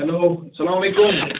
hello سلامُ علیکُم